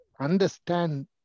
understand